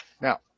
Now